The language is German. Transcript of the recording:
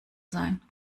sein